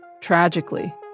tragically